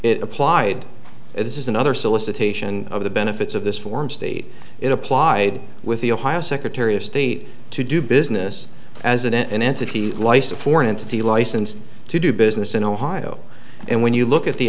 it applied this is another solicitation of the benefits of this form state it applied with the ohio secretary of state to do business as an entity life's a foreign entity licensed to do business in ohio and when you look at the